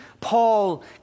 Paul